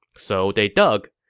so they dug,